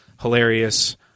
hilarious